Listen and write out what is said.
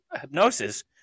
hypnosis